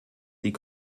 die